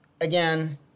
again